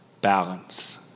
balance